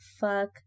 fuck